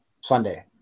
Sunday